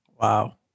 Wow